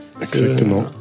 exactement